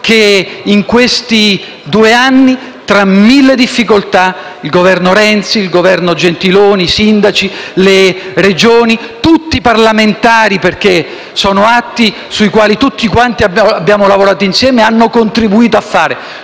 che in questi due anni, tra mille difficoltà, il Governo Renzi, prima, il Governo Gentiloni Silveri, poi, i sindaci, le Regioni, tutti i parlamentari - sono atti sui quali tutti abbiamo lavorato insieme - hanno contribuito a fare.